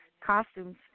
costumes